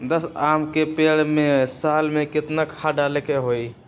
दस आम के पेड़ में साल में केतना खाद्य डाले के होई?